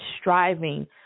striving